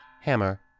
hammer